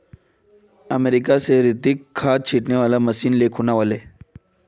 America स रितिक खाद छिड़कने वाला मशीन ले खूना व ले